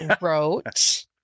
wrote